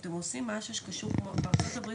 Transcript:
האם שקלתם או האם אתם עושים משהו כמו שבארצות הברית,